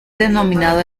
denominado